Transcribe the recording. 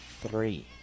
three